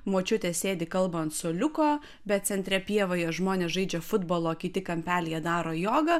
močiutė sėdi kalba ant suoliuko bet centre pievoje žmonės žaidžia futbolą o kiti kampelyje daro jogą